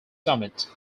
summit